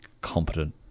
competent